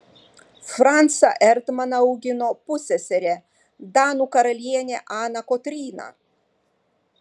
francą erdmaną augino pusseserė danų karalienė ana kotryna